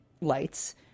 lights